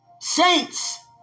Saints